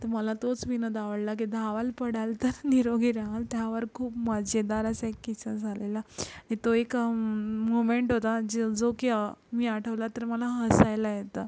तर मला तोच विनोद आवडला की धावाल पडाल तर निरोगी रहाल त्यावर खूप मजेदार असा एक किस्सा झालेला की तो एक मुमेंट होता जे जो की मी आठवला तर मला हसायला येतं